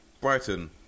Brighton